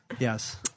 yes